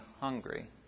hungry